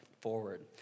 forward